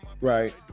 Right